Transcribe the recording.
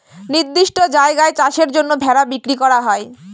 নির্দিষ্ট জায়গায় চাষের জন্য ভেড়া বিক্রি করা হয়